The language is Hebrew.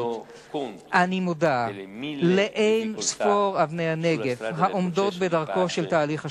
אני מודע לאין-ספור אבני הנגף העומדות בדרכו של תהליך השלום,